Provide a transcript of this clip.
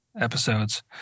episodes